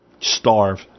Starve